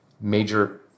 Major